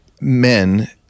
men